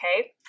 okay